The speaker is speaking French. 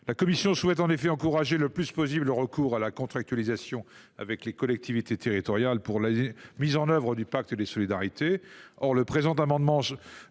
précis. Elle souhaite en effet encourager le plus possible le recours à la contractualisation avec les collectivités territoriales pour la mise en œuvre du pacte des solidarités. Or le présent amendement